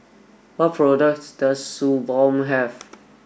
what products does Suu Balm have